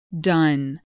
done